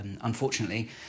unfortunately